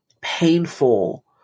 painful